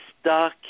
stuck